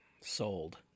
Sold